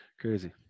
Crazy